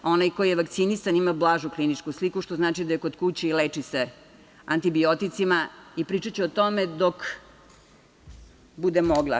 Onaj ko je vakcinisan ima blažu kliničku sliku što znači da je kod kuće i leči se antibioticima i pričaću o tome dok budem mogla.